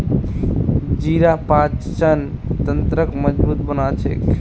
जीरा पाचन तंत्रक मजबूत बना छेक